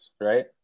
right